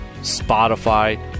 Spotify